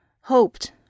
hoped